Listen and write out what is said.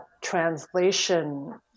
translation